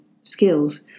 skills